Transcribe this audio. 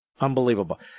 Unbelievable